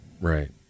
right